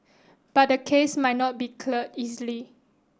but the case might not be cleared easily